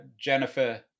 Jennifer